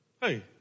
hey